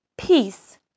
peace